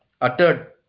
uttered